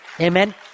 Amen